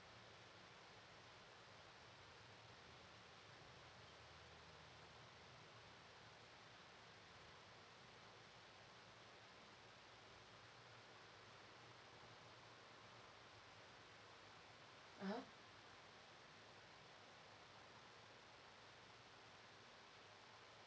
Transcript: (uh huh)